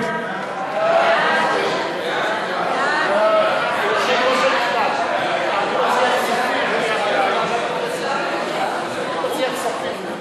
נכסים של גופים ממשלתיים) הופכת להצעה לסדר-היום.